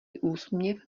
úsměv